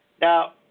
Now